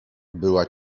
była